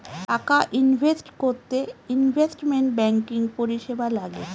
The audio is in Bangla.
টাকা ইনভেস্ট করতে ইনভেস্টমেন্ট ব্যাঙ্কিং পরিষেবা লাগে